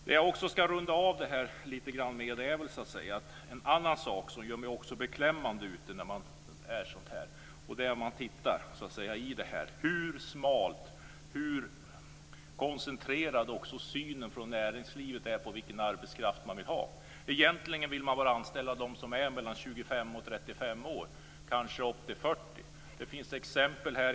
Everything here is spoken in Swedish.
Det jag ska runda av detta med är en sak som gör mig lite beklämd, nämligen hur smal och koncentrerad näringslivets syn är på vilken arbetskraft man vill ha. Egentligen vill man bara anställa dem som är mellan 25 och 35 år, kanske upp till 40 år. Det finns exempel.